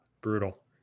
Brutal